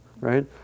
right